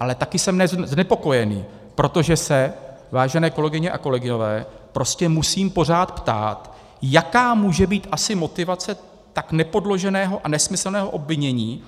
Ale taky jsem znepokojený, protože se, vážené kolegyně a kolegové, prostě musím pořád ptát, jaká může být asi motivace tak nepodloženého a nesmyslného obvinění